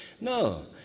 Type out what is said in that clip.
No